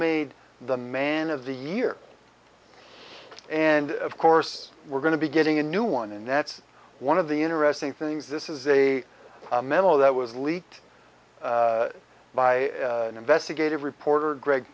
made the man of the year and of course we're going to be getting a new one and that's one of the interesting things this is a memo that was leaked by an investigative reporter greg